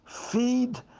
feed